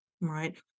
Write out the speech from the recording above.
right